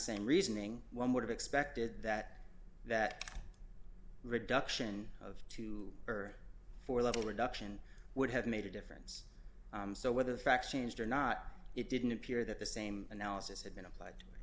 same reasoning one would have expected that that reduction of two or four level reduction would have made a difference so whether the facts changed or not it didn't appear that the same analysis had been applied to